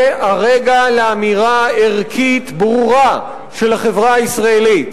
זה הרגע לאמירה ערכית ברורה של החברה הישראלית: